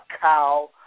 cow